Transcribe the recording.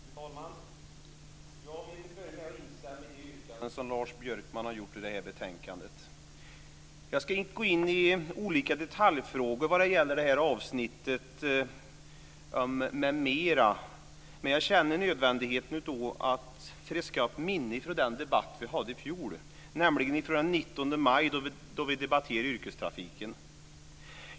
Fru talman! Jag vill börja med att instämma i det yrkande Lars Björkman har gjort i betänkandet. Jag ska inte gå in i detaljfrågor i avsnittet "m.m.", men jag känner nödvändigheten av att friska upp minnet från debatt vi hade i fjol, nämligen den 19 maj då vi debatterade yrkestrafiken.